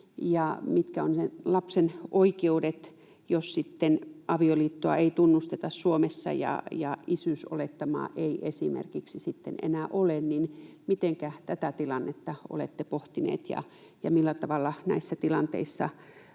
mitkä ovat sen lapsen oikeudet, jos sitten avioliittoa ei tunnusteta Suomessa ja isyysolettamaa ei esimerkiksi sitten enää ole: mitenkä olette pohtineet tätä tilannetta, ja millä tavalla näissä tilanteissa